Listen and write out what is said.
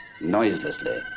noiselessly